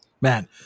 Man